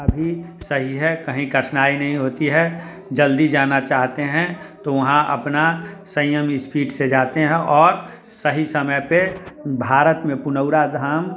रास्ता भी सही है कहीं कठिनाई नहीं होती है जल्दी जाना चाहते हैं तो वहाँ अपना संयम इस्पीड से जाते हैं और सही समय पर भारत में पुनौरा धाम